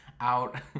out